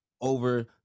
over